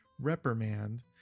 reprimand